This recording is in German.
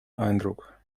eindruck